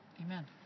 Amen